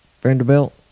Vanderbilt